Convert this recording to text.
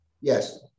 yes